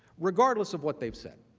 regardless of what they have said.